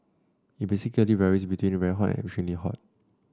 it basically varies between very hot and extremely hot